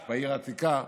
ה"בטראק" בעיר העתיקה,